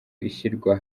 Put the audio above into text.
ishyirwa